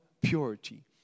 purity